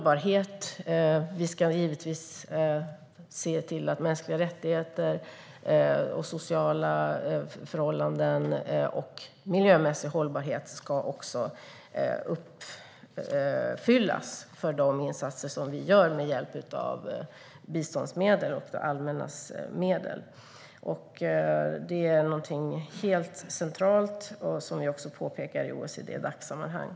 Givetvis ska vi se till att mänskliga rättigheter, sociala förhållanden och miljömässig hållbarhet uppfylls i de insatser som vi gör med biståndsmedel och det allmännas medel. Det är något helt centralt som vi också påpekar i OECD-Dac-sammanhang.